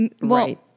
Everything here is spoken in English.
right